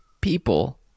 people